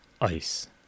ice